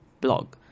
blog